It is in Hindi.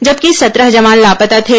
जबकि सत्रह जवान लापता थे